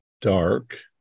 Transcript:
dark